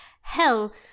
hell